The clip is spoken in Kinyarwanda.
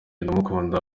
ndamukunda